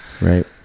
Right